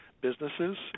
businesses